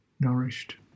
nourished